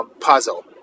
puzzle